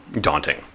daunting